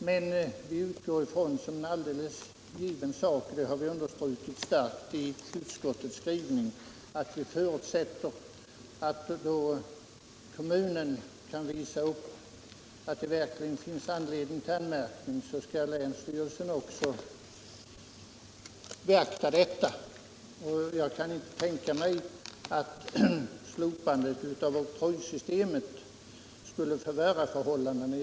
Men vi utgår då från — och det har vi understrukit starkt i utskottets skrivning — att i de fall där kommunen kan visa att det verkligen finns anledning till anmärkning skall länsstyrelsen givetvis också beakta detta. Jag kan inte tänka mig att slopandet av oktrojsystemet skulle förvärra förhållandena.